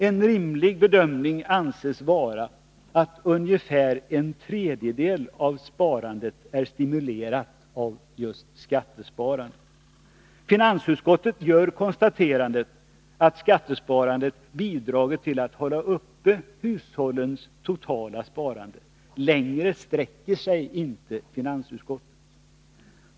En rimlig bedömning anses vara att ungefär en tredjedel av sparandet är stimulerat av skattesparandet. Finansutskottet gör konstaterandet att skattesparandet bidragit till att hålla uppe hushållens totala sparande — längre sträcker sig inte finansutskottet.